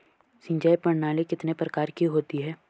सिंचाई प्रणाली कितने प्रकार की होती है?